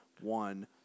one